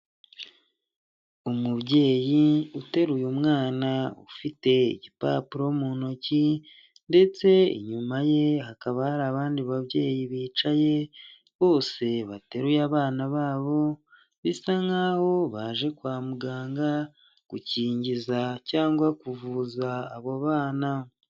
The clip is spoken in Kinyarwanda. Umubyeyi uteruye umwana ufite igipapuro mu ntoki ndetse inyuma ye hakaba hari abandi babyeyi bicaye, bose bateruye abana babo bisa nk'aho baje kwa muganga gukingiza cyangwa kuvuza abo bana.